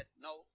No